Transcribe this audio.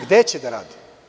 Gde će da rade?